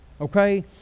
Okay